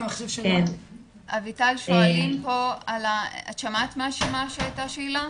אביטל, שמעת מה הייתה השאלה?